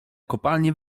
kopalnie